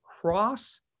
cross